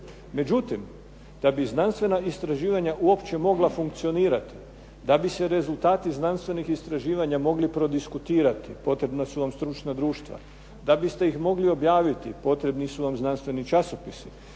Međutim, da bi znanstvena istraživanja uopće mogla funkcionirati, da bi se rezultati znanstvenih istraživanja mogli prodiskutirati potrebna su vam stručna društva, da biste ih mogli objaviti potrebni su vam znanstveni časopisi,